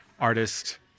artist